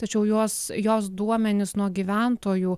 tačiau juos jos duomenis nuo gyventojų